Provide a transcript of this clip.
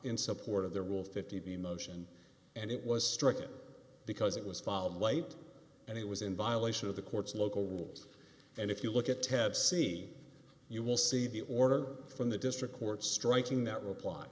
in support of the rule fifty motion and it was striking because it was fall light and it was in violation of the court's local rules and if you look at ted c you will see the order from the district court striking that reply